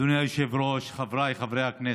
אדוני היושב-ראש, חבריי חברי הכנסת,